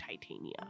Titania